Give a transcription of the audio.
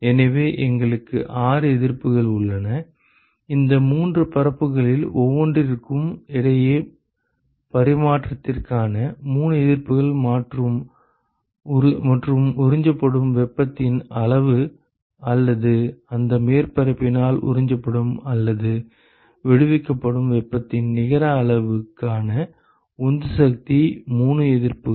எனவே எங்களுக்கு 6 எதிர்ப்புகள் உள்ளன இந்த மூன்று பரப்புகளில் ஒவ்வொன்றிற்கும் இடையே பரிமாற்றத்திற்கான 3 எதிர்ப்புகள் மற்றும் உறிஞ்சப்படும் வெப்பத்தின் அளவு அல்லது அந்த மேற்பரப்பினால் உறிஞ்சப்படும் அல்லது விடுவிக்கப்படும் வெப்பத்தின் நிகர அளவுக்கான உந்து சக்திக்கு 3 எதிர்ப்புகள்